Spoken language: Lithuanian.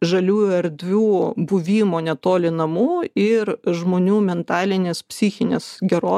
žaliųjų erdvių buvimo netoli namų ir žmonių mentalinės psichinės gerovės